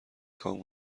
کام